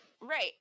Right